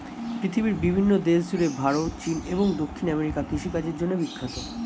পৃথিবীর বিভিন্ন দেশ জুড়ে ভারত, চীন এবং দক্ষিণ আমেরিকা কৃষিকাজের জন্যে বিখ্যাত